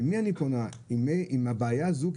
לי אני פונה עם הבעיה הזו?